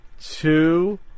two